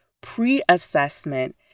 pre-assessment